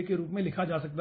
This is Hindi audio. के रूप में लिखा जा सकता है